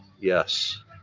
Yes